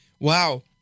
Wow